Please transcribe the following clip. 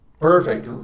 Perfect